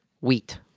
wheat